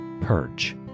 perch